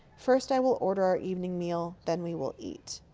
first, i will order our evening meal. then we will eat.